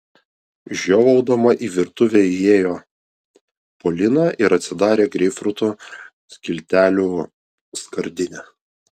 žiovaudama į virtuvę įėjo polina ir atsidarė greipfrutų skiltelių skardinę